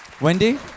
Wendy